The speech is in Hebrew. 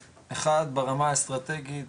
--- ככה, ברמה האסטרטגית